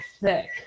thick